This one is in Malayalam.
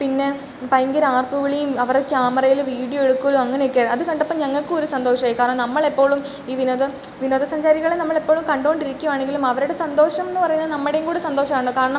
പിന്നെ ഭയങ്കര ആർപ്പ് വിളിയും അവരെ ക്യാമറയിൽ വീഡിയോ എടുക്കലും അങ്ങനെക്കെയാണ് അത് കണ്ടപ്പോൾ ഞങ്ങൾക്കും ഒരു സന്തോഷമായി കാരണം നമ്മൾ എപ്പോഴും ഈ വിനോദ വിനോദസഞ്ചാരികളെ നമ്മൾ എപ്പോഴും കണ്ടോണ്ടിരിക്കുവാണെങ്കിലും അവരുടെ സന്തോഷംന്ന് പറയുന്നത് നമ്മടേം കൂടെ സന്തോഷം ആണല്ലോ കാരണം